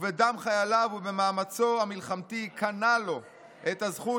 ובדם חייליו ובמאמצו המלחמתי קנה לו את הזכות